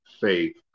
faith